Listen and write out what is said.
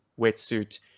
wetsuit